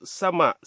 sama